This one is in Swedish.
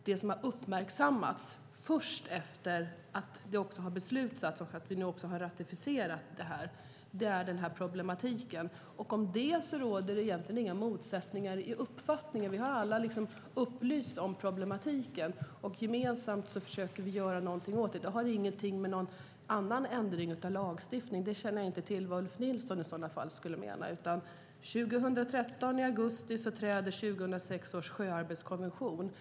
Vad som har uppmärksammats först efter beslutet och ratifikationen av konventionen är detta problem. Om det råder egentligen inga motsättningar. Vi har alla upplysts om problemet. Gemensamt försöker vi göra något åt det. Det har ingenting med någon annan ändring av lagstiftningen att göra. Jag känner inte till vad Ulf Nilsson menar. I augusti 2013 träder 2006 års sjöarbetskonvention i kraft.